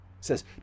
says